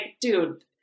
dude